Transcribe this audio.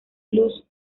blues